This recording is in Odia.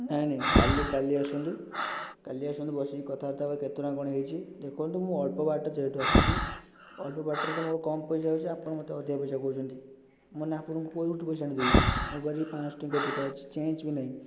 ନାହିଁ ନାହିଁ କାଲି କାଲି ଆସନ୍ତୁ କାଲି ଆସନ୍ତୁ ବସିକି କଥାବାର୍ତ୍ତା ହେବା କେତେ ଟଙ୍କା କ'ଣ ହେଇଛି ଦେଖନ୍ତୁ ମୁଁ ଅଳ୍ପ ବାଟ ଯେହେତୁ ଆସିଛି ଅଳ୍ପ ବାଟରେ ତ ମୋର କମ ପଇସା ହେଉଛି ଆପଣ ମୋତେ ଅଧିକା ପଇସା କହୁଛନ୍ତି ମାନେ ଆପଣଙ୍କୁ କେଉଁଠୁ ପଇସା ଆଣିକି ଦେବି ମୋ ପାଖରେ ପାଞ୍ଚଶହ ଟଙ୍କିଆ ଦୁଇ ଟା ଅଛି ଚେଞ୍ଜ ବି ନାହିଁ